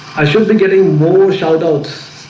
i should be getting more shoutouts